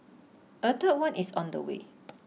a third one is on the way